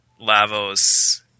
Lavos